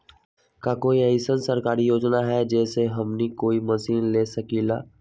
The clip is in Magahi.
का कोई अइसन सरकारी योजना है जै से हमनी कोई मशीन ले सकीं ला?